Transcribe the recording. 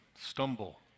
stumble